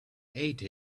ate